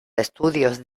estudios